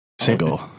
single